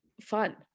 fun